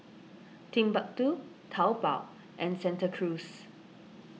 Timbuk two Taobao and Santa Cruz